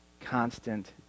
constant